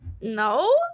No